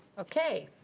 okay,